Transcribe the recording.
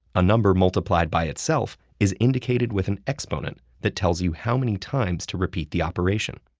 a number multiplied by itself is indicated with an exponent that tells you how many times to repeat the operation.